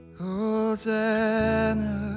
Hosanna